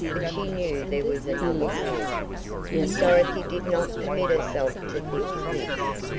but she knew there was another ward dorothy did not permit herself to think of this.